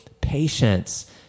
patience